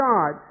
God